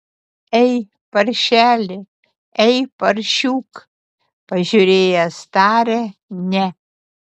ei paršeli ei paršiuk pažiūrėjęs tarė ne